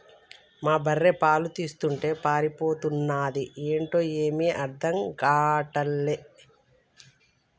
మా బర్రె పాలు తీస్తుంటే పారిపోతన్నాది ఏంటో ఏమీ అర్థం గాటల్లే